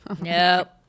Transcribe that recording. Nope